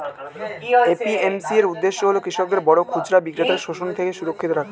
APMC এর উদ্দেশ্য হল কৃষকদের বড় খুচরা বিক্রেতার শোষণ থেকে সুরক্ষিত রাখা